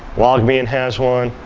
logmein has one,